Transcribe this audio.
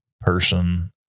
person